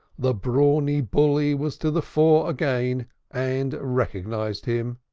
the brawny bully was to the fore again and recognized him.